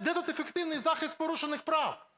Де тут ефективний захист порушених прав?